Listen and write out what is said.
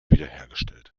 wiederhergestellt